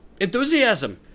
enthusiasm